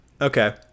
okay